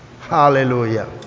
hallelujah